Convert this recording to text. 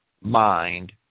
mind